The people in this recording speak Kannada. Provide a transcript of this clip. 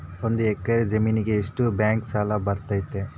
ಒಂದು ಎಕರೆ ಜಮೇನಿಗೆ ಎಷ್ಟು ಬ್ಯಾಂಕ್ ಸಾಲ ಬರ್ತೈತೆ?